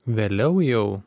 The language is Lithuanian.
vėliau jau